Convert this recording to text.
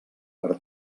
per